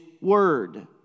Word